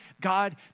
God